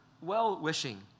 well-wishing